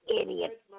idiot